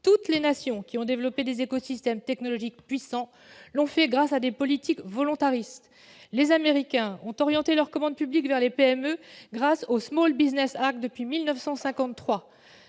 Toutes les nations qui ont développé des écosystèmes technologiques puissants l'ont fait grâce à des politiques volontaristes. Les Américains ont orienté, dès 1953, leur commande publique vers les PME grâce au. Cela a permis aux